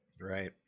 right